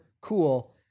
cool